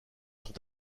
sont